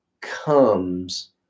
comes